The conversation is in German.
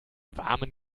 warmen